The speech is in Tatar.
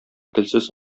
телсез